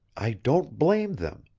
i don't blame them.